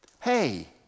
hey